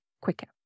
quicker